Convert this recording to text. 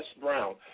Brown